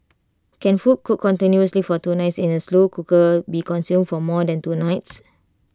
can food cooked continuously for two nights in A slow cooker be consumed for more than two nights